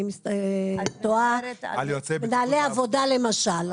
אני תוהה על מנהלי העבודה למשל,